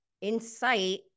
incite